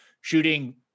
shooting